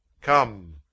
Come